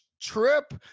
trip